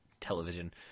television